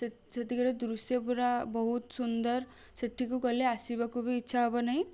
ସେତିକିରେ ଦୃଶ୍ୟ ପୁରା ବହୁତ ସୁନ୍ଦର ସେଠିକୁ ଗଲେ ଆସିବାକୁ ବି ଇଚ୍ଛା ହେବନାହିଁ